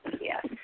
yes